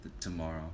tomorrow